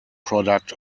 product